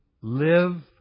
live